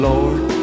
Lord